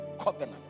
covenant